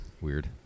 Weird